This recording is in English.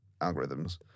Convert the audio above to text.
algorithms